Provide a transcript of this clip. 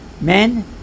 Men